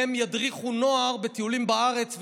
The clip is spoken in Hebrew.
והם ידריכו נוער בטיולים בארץ,